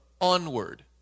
onward